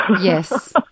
Yes